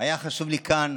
היה חשוב לי כאן,